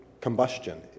combustion